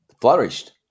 flourished